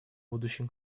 будущем